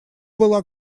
была